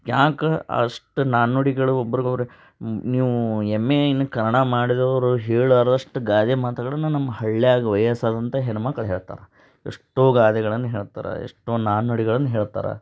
ಯಾಕೆ ಅಷ್ಟು ನಾಣ್ಣುಡಿಗಳು ಒಬ್ರಿಗ್ ಒಬ್ರು ನೀವು ಎಮ್ ಎ ಇನ್ ಕನ್ನಡ ಮಾಡಿದವ್ರು ಹೇಳೋರಷ್ಟು ಗಾದೆಮಾತುಗಳನ್ನ ನಮ್ಮ ಹಳ್ಯಾಗೆ ವಯಸ್ಸಾದಂಥ ಹೆಣ್ಮಕ್ಳು ಹೇಳ್ತಾರೆ ಎಷ್ಟೋ ಗಾದೆಗಳನ್ನು ಹೇಳ್ತಾರೆ ಎಷ್ಟೋ ನಾಣ್ಣುಡಿಗಳನ್ನು ಹೇಳ್ತಾರೆ